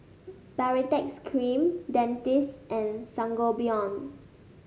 Baritex Cream Dentiste and Sangobion